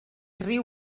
riu